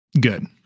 Good